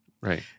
Right